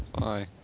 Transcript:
Bye